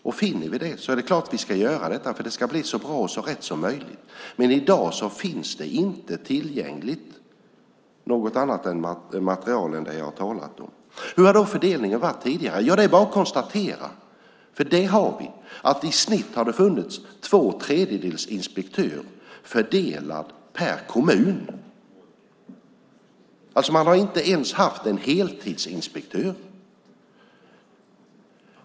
Om vi finner sådana är det klart att vi ska göra detta, för det ska bli så bra och så rätt som möjligt. Men i dag finns det inte något annat tillgängligt material än det jag talade om. Hur har då fördelningen varit tidigare? Det är bara att konstatera att det i snitt har funnits två tredjedels inspektör per kommun. Man har inte ens haft en heltidsinspektör.